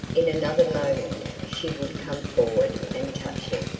in another moment she would come forward and touch him,